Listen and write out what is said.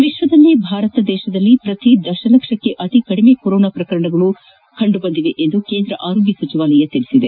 ವಿಶ್ವದಲ್ಲಿಯೇ ಭಾರತ ದೇಶದಲ್ಲಿ ಪ್ರತಿ ದಶಲಕ್ಷಕ್ಕೆ ಅತಿ ಕಡಿಮೆ ಕೊರೊನಾ ಪ್ರಕರಣ ಕಂಡುಬಂದಿದೆ ಎಂದು ಕೇಂದ್ರ ಆರೋಗ್ಯ ಸಚಿವಾಲಯ ತಿಳಿಸಿದೆ